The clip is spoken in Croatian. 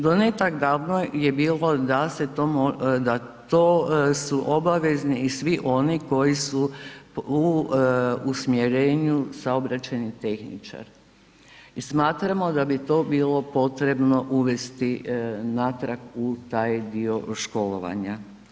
Do ne tak davno je bilo da to su obavezni i svi oni koji su u usmjerenju saobraćajni tehničar i smatramo da bi to bilo potrebno uvesti natrag u taj dio školovanja.